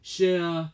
Share